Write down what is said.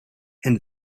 and